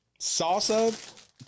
Salsa